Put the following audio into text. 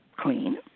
clean